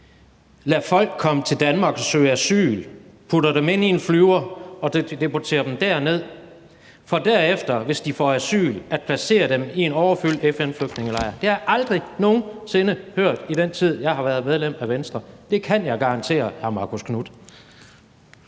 lader folk komme til Danmark og søge asyl, putter dem ind i en flyver og deporterer dem derned for derefter, hvis de får asyl, at placere dem i en overfyldt FN-flygtningelejr. Det har jeg aldrig nogen sinde hørt i den tid, jeg har været medlem af Venstre. Det kan jeg garantere hr. Marcus Knuth.